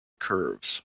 curves